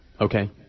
Okay